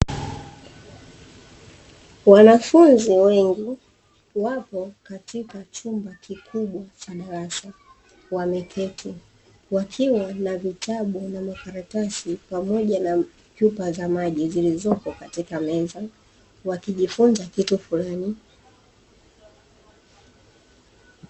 Wanafunzi wengi. Wapo katika chumba kikubwa cha darasa wameketi, wakiwa na vitabu na makaratasi pamoja na chupa za maji zilizopo katika meza, wakijifunza kitu fulani.